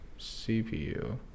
CPU